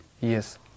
Yes